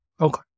Okay